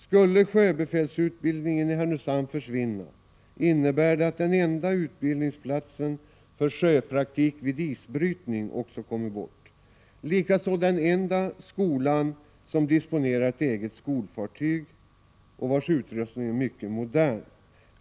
Skulle sjöbefälsutbildningen i Härnösand försvinna, innebär det att den enda utbildningsplatsen för sjöpraktik vid isbrytning kommer bort, och likaså den enda skola som disponerar ett eget skolfartyg och vars utrustning är mycket modern.